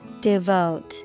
Devote